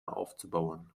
aufzubauen